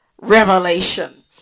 revelation